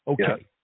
Okay